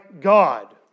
God